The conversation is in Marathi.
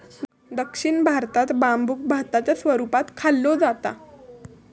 दक्षिण भारतात बांबुक भाताच्या स्वरूपात खाल्लो जाता